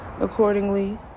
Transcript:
accordingly